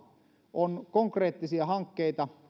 on vireillä konkreettisia hankkeita